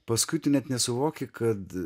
paskui tu net nesuvoki kad